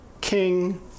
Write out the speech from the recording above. King